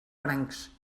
francs